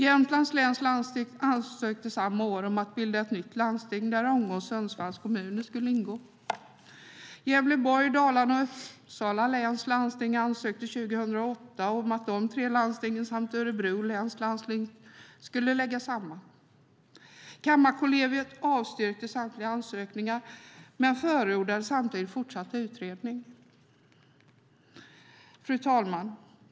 Jämtlands läns landsting ansökte samma år om att bilda ett nytt landsting där Ånge och Sundsvalls kommuner skulle ingå. Gävleborg, Dalarna och Uppsala läns landsting ansökte 2008 om att de tre landstingen samt Örebro läns landsting skulle läggas samman. Kammarkollegiet avstyrkte samtliga ansökningar men förordade samtidigt fortsatt utredning. Fru talman!